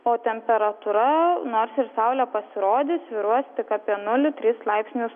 o temperatūra nors ir saulė pasirodys svyruos tik apie nulį tris laipsnius